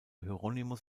hieronymus